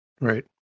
Right